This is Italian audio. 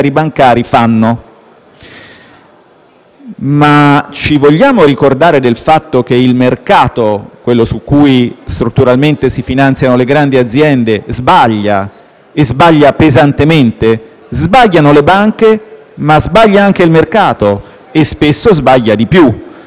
bancari. Ma ci vogliamo ricordare del fatto che il mercato, quello su cui strutturalmente si finanziano le grandi aziende, sbaglia e sbaglia pesantemente? Sbagliano le banche, ma anche il mercato, che spesso sbaglia di più.